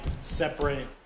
separate